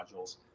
modules